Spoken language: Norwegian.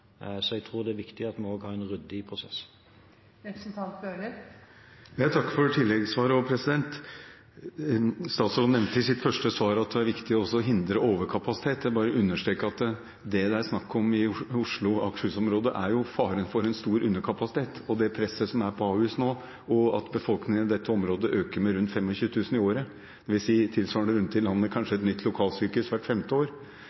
så jeg tror det er viktig at vi har en ryddig prosess. Jeg takker for tilleggssvaret også. Statsråden nevnte i sitt første svar at det var viktig å hindre overkapasitet. Jeg vil bare understreke at det det er snakk om når det gjelder Oslo/Akershus-området, er faren for en stor underkapasitet og det presset som er på Ahus nå, og at befolkningen i dette området øker med rundt 25 000 i året, dvs. rundt i landet kanskje tilsvarende et nytt lokalsykehus hvert femte år.